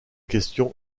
question